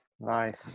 Nice